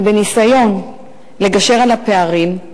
בניסיון לגשר על הפערים,